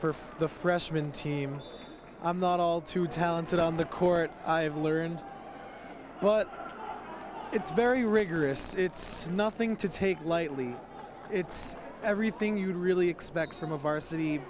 for the freshman team i'm not all too talented on the court i've learned but it's very rigorous it's nothing to take lightly it's everything you'd really expect from a varsity